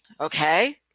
okay